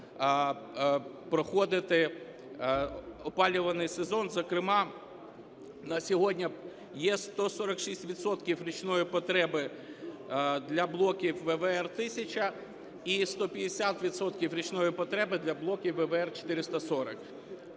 проходити опалювальний сезон. Зокрема, на сьогодні є 146 відсотків річної потреби для блоків ВВЕР-1000 і 150 відсотків річної потреби для блоків ВВЕР-440.